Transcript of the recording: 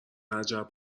عجب